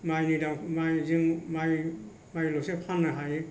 माइनि दाम माइ जों माइल'सो फाननो हायो